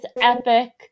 epic